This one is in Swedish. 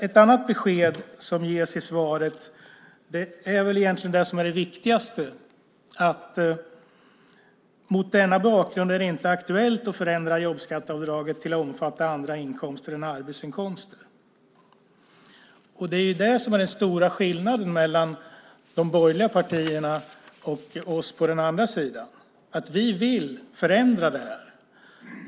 Ett annat besked som ges i svaret, och det är väl egentligen det viktigaste, är: "Mot denna bakgrund är det inte aktuellt att förändra jobbskatteavdraget till att omfatta andra inkomster än arbetsinkomster." Den stora skillnaden mellan de borgerliga partierna och oss på den andra sidan är att vi vill förändra detta.